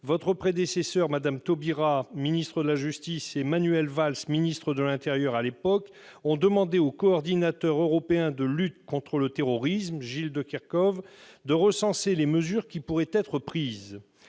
votre prédécesseur Mme Taubira, ministre de la justice, Manuel Valls, ministre de l'intérieur à l'époque, et nos partenaires européens avaient demandé au coordinateur européen de la lutte contre le terrorisme, Gilles de Kerchove, de recenser les mesures qui pourraient être prises.